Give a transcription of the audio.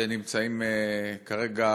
שנמצאים כרגע